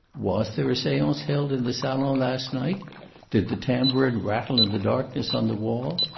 was there a seance held in the salon last night did the tambourine rattle in the darkness on the wall?